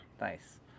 Nice